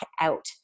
out